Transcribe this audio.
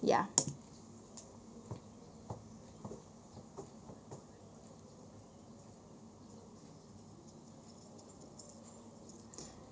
yeah